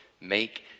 make